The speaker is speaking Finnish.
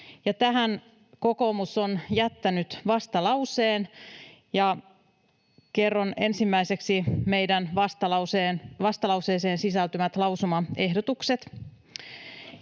tähän kokoomus on jättänyt vastalauseen. Kerron ensimmäiseksi meidän vastalauseeseen sisältyvät lausumaehdotukset: